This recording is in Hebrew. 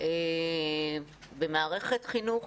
במערכת חינוך,